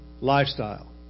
lifestyle